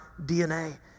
DNA